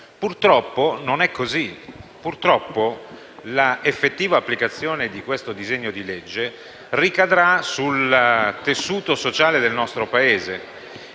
purtroppo, non è così: l'effettiva applicazione di questo disegno di legge ricadrà sul tessuto sociale del nostro Paese